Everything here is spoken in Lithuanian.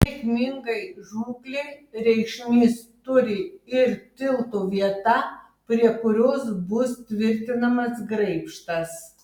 sėkmingai žūklei reikšmės turi ir tilto vieta prie kurios bus tvirtinamas graibštas